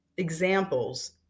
examples